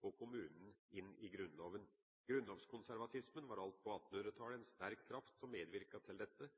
kommunen inn i Grunnloven. Grunnlovskonservatismen var alt på 1800-tallet en sterk kraft som medvirket til dette.